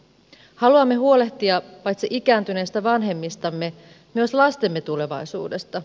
haluamme huolehtia paitsi ikääntyneistä vanhemmistamme myös lastemme tulevaisuudesta